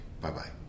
Bye-bye